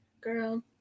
girl